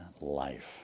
life